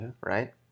right